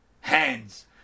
hands